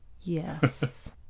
Yes